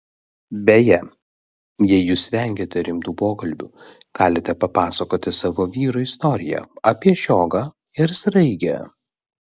beje jei jūs vengiate rimtų pokalbių galite papasakoti savo vyrui istoriją apie žiogą ir sraigę